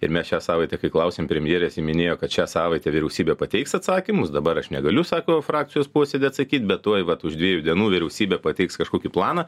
ir mes šią savaitę kai klausėm premjerės ji minėjo kad šią savaitę vyriausybė pateiks atsakymus dabar aš negaliu sako frakcijos posėdy atsakyt bet tuoj vat už dviejų dienų vyriausybė pateiks kažkokį planą